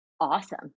awesome